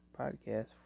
podcast